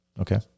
okay